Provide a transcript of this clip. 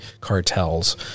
cartels